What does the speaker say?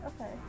okay